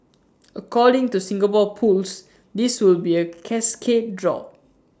according to Singapore pools this will be A cascade draw